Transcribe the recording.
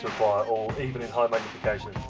even in high magnifications.